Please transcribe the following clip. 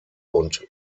und